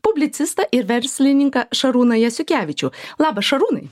publicistą ir verslininką šarūną jasiukevičių labas šarūnai